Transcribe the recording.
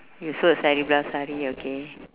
oh so a sari blouse sari okay